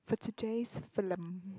for today's film